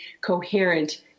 coherent